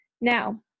Now